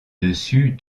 dessus